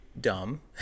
Dumb